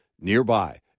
nearby